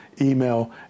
email